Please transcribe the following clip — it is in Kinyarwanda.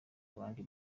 abandi